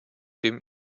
dem